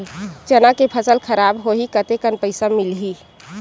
चना के फसल खराब होही कतेकन पईसा मिलही?